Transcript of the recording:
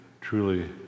truly